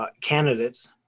candidates